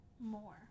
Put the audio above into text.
more